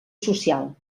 social